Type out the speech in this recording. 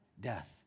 death